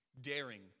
daring